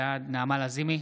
נעמה לזימי,